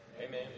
Amen